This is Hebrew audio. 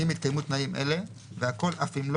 אם התקיימו תנאים אלה והכול אף אם לא